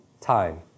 time